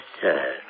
sir